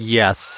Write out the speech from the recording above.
yes